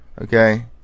Okay